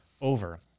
over